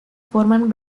forman